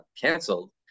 canceled